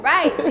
Right